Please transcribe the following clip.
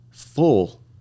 full